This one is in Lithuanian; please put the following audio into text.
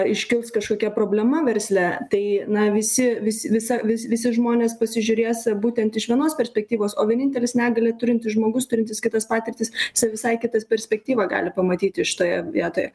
iškils kažkokia problema versle tai na visi vis visa vis visi žmonės pasižiūrės būtent iš vienos perspektyvos o vienintelis negalią turintis žmogus turintis kitas patirtis jisai visai kitą perspektyvą gali pamatyti šitoje vietoje